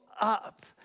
up